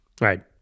Right